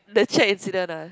the chat incident ah